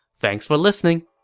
thanks for listening!